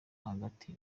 hagati